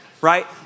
right